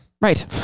Right